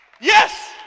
Yes